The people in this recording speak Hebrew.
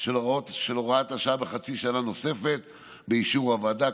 של הוראת השעה בחצי שנה נוספת באישור הוועדה.